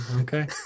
Okay